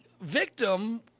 victim